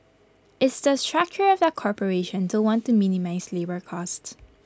it's the structure of the corporation to want to minimise labour costs